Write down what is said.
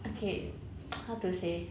okay how to say